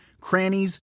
crannies